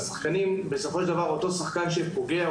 ובסופו של דבר אותו שחקן שפוגע,